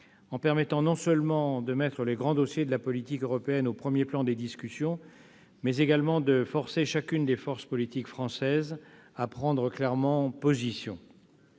en permettant non seulement de mettre les grands dossiers de la politique européenne au premier plan des discussions, mais également de forcer chacune des forces politiques françaises à prendre clairement position.